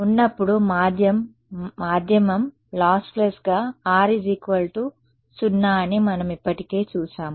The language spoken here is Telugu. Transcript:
ఉన్నప్పుడు మాధ్యమం లాస్లెస్ గా R 0 అని మనం ఇప్పటికే చూశాము